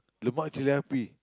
lemak chili api